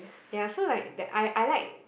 ya so like that I I like